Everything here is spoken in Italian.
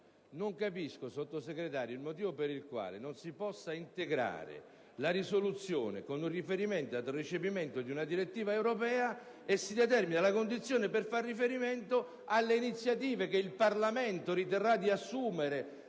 però, signor Sottosegretario, il motivo per il quale non si possa integrare la risoluzione con un riferimento al recepimento di una direttiva europea, determinando così la condizione per fare riferimento alle iniziative che il Parlamento riterrà di assumere,